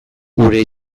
gure